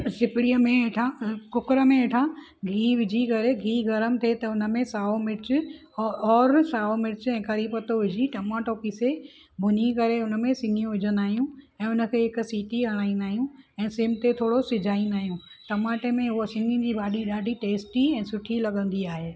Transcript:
सिपड़ीअ में हेठां कुकर में हेठां गिहु विझी करे गिहु गरम थे त हुन में साओ मिर्च औं और साओ मिर्च ऐं करी पतो विझी टमाटो पीसे भुनी करे हुन में सिङियूं विझंदा आहियूं ऐं उनखे हिकु सीटी हणाईंदा आहियूं ऐं सिम ते थोरो सिझाईंदा आहियूं टमाटे में उहा सिङिनि जी भाॼी ॾाढी टेस्टी ऐं सुठी लॻंदी आहे